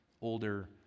older